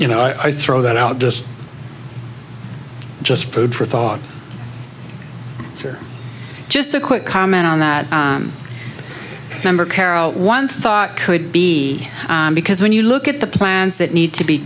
you know i throw that out just just food for thought for just a quick comment on that member carol one thought could be because when you look at the plans that need to be